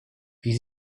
wie